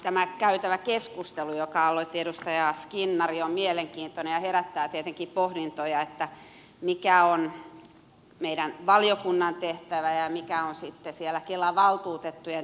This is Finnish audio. tämä käytävä keskustelu jonka aloitti edustaja skinnari on mielenkiintoinen ja herättää tietenkin pohdintoja siitä mikä on meidän valiokunnan tehtävä ja mikä on sitten siellä kelan valtuutettujen tehtävä